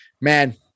man